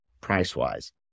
price-wise